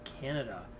Canada